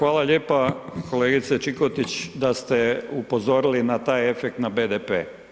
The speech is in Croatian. Hvala lijepa, kolegice Čikotić da ste upozorili na taj efekt na BDP.